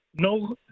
no